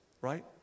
right